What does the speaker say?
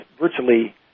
virtually